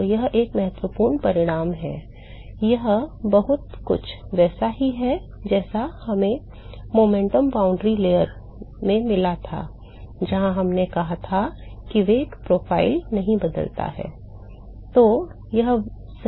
तो यह एक महत्वपूर्ण परिणाम है यह बहुत कुछ वैसा ही है जैसा हमें संवेग सीमा परत में मिला था जहाँ हमने कहा था कि वेग प्रोफ़ाइल नहीं बदलता है